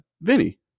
Vinny